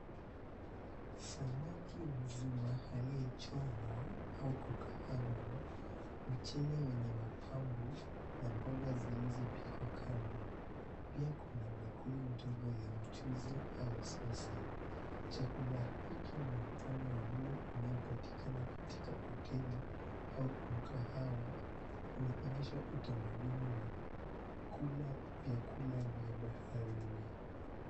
Samaki mzima aliyechomwa au kukaangwa, mchele wenye mapambo na mboga zilizopikwa kando. Pia kuna bakuli ndogo ya mchuzi au sosi. Chakula hiki ni mfano wa mlo unaopatikana katika hoteli au mkahawa, unaonyesha utamaduni wa kula vyakula vya baharini.